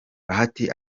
bahati